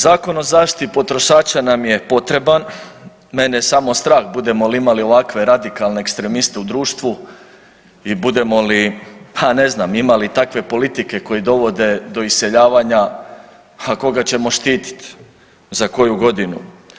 Zakon o zaštiti potrošača nam je potreban, mene je samo strah budemo li imali ovakve radikalne ekstremiste u društvu i budemo li, ha ne znam, imali takve politike koji dovode do iseljavanja, ha koga ćemo štititi za koju godinu?